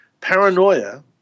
Paranoia